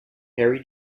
harry